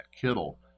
Kittle